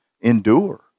endure